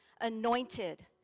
anointed